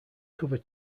cover